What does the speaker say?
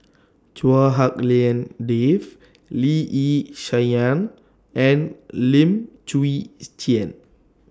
Chua Hak Lien Dave Lee Yi Shyan and Lim Chwee Chian